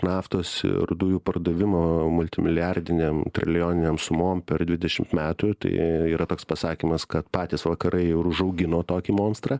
naftos ir dujų pardavimo multi milijardinėm trilijoninėm sumom per dvidešimt metų tai yra toks pasakymas kad patys vakarai ir užaugino tokį monstrą